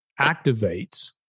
activates